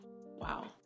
wow